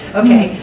okay